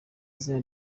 izina